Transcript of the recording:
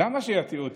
למה שיטעו אותי?